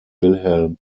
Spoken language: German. wilhelm